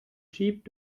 jeep